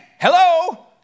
hello